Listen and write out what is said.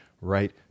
right